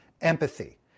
empathy